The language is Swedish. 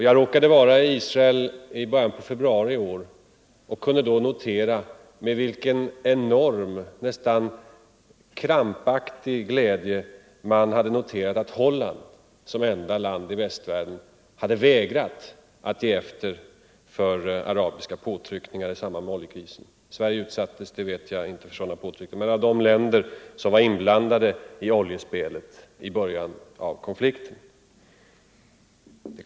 Jag råkade vara i Israel i början av februari månad i år och kunde då notera med vilken enorm nästan krampaktig glädje man hade konstaterat att Holland som enda land i västvärlden hade vägrat att ge efter för arabiska påtryckningar i samband med oljekrisen. Sverige utsattes som bekant inte för sådana påtryckningar utan det var de länder som var inblandade i oljespelet i början av konflikten.